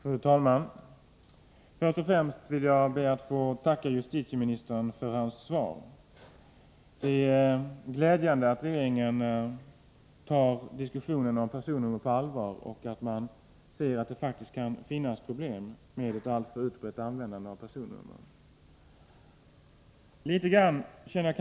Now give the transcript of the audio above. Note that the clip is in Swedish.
Fru talman! Först och främst ber jag att få tacka justitieministern för hans svar. Det är glädjande att regeringen tar diskussionen om personnummer på allvar och ser att det faktiskt kan finnas problem med ett alltför utbrett användande av personnummer.